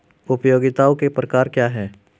उपयोगिताओं के प्रकार क्या हैं?